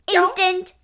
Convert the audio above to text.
Instant